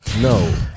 No